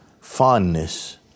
fondness